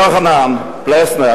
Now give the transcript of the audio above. יוחנן פלסנר,